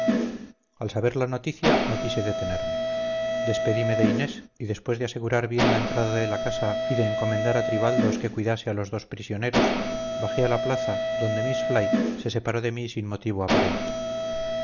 al saber la noticia no quise detenerme despedime de inés y después de asegurar bien la entrada de la casa y de encomendar a tribaldos que cuidase a los dos prisioneros bajé a la plaza donde miss fly se separó de mí sin motivo aparente